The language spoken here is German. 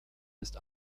ist